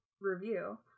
review